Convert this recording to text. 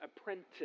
apprentice